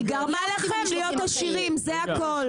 היא גרמה לכם להיות עשירים, זה הכל.